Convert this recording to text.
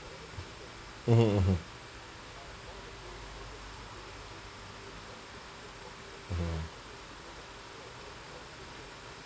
mmhmm mmhmm mmhmm